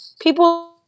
people